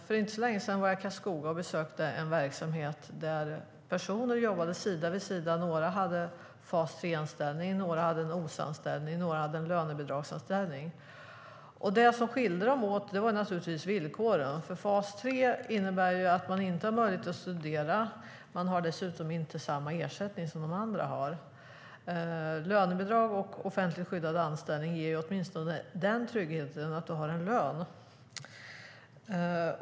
För inte så länge sedan var jag i Karlskoga och besökte en verksamhet där personer jobbade sida vid sida. Några hade fas 3-anställning, några hade en OS-anställning och några hade en lönebidragsanställning. Det som skilde dem åt var villkoren. Fas 3 innebär att de inte har möjlighet att studera och dessutom inte har samma ersättning som de andra har. Lönebidrag och offentligt skyddad anställning ger åtminstone den tryggheten att man har en lön.